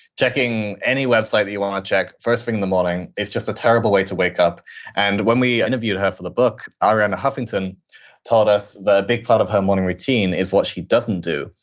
checking any website that you want to check first thing in the morning, it's just a terrible way to wake up and when we interviewed her for the book, arianna huffington told us that a big part of her morning routine is what she doesn't do.